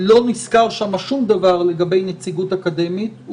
לא נזכר שם שום דבר לגבי נציגות אקדמית.